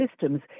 systems